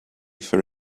for